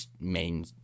main